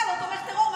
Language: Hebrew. אתה לא תומך טרור.